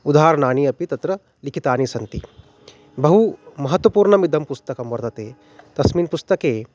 उदारणानि अपि तत्र लिखितानि सन्ति बहु महत्त्वपूर्णम् इदं पुस्तकं वर्तते तस्मिन् पुस्तके